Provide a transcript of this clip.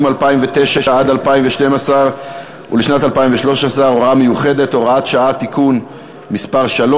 2009 עד 2012 ולשנת 2013 (הוראות מיוחדות) (הוראת שעה) (תיקון מס' 3)